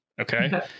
Okay